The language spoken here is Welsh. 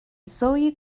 ddwy